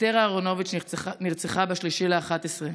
אסתר אהרונוביץ' נרצחה ב-3 בנובמבר,